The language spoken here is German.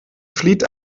flieht